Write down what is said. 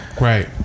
Right